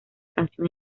canción